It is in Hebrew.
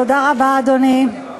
אדוני,